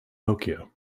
nokia